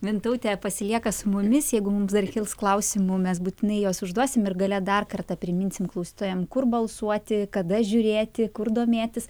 mintautė pasilieka su mumis jeigu mums dar kils klausimų mes būtinai juos užduosim ir gale dar kartą priminsim klausytojam kur balsuoti kada žiūrėti kur domėtis